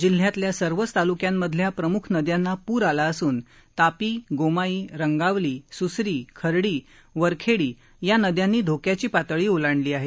जिल्ह्यातल्या सर्वच ताल्क्यांमधल्या प्रम्ख नद्यांना प्र आला असून तापी गोमाई रंगावली सूसरी खर्डी वरखेडी या नद्यांनी धोक्याची पातळी ओलांडली आहे